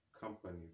companies